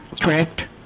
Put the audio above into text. Correct